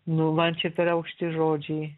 nu man čia per aukšti žodžiai